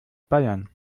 bayern